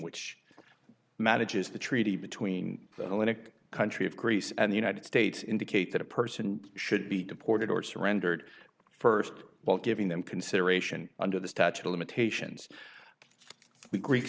which manages the treaty between the winnick country of greece and the united states indicate that a person should be deported or surrendered first while giving them consideration under the statute of limitations the greek